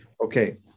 Okay